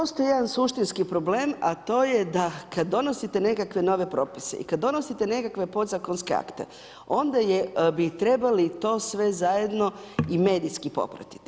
Tu postoji jedan suštinski problem a to je da kad donosite nekakve nove propise i kad donosite nekakve podzakonske akte onda bi trebali to sve zajedno i medijski popratiti.